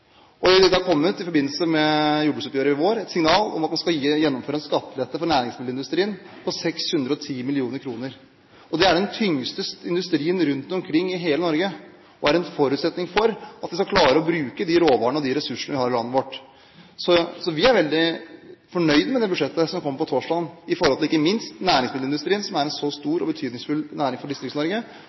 mill. kr. Dette er den tyngste industrien rundt omkring i hele Norge og en forutsetning for at vi skal klare å bruke de råvarene og de ressursene vi har i landet vårt. Så vi er veldig fornøyd med det budsjettet som blir lagt fram på torsdag, ikke minst når det gjelder næringsmiddelindustrien, som er en stor og betydningsfull næring for